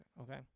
Okay